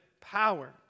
power